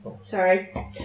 Sorry